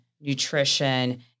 nutrition